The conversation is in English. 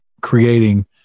creating